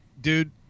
Dude